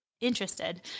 interested